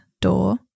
door